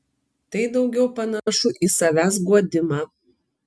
tai daugiau panašu į savęs guodimą